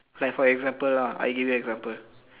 like for example lah I give you example